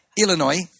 Illinois